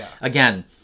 again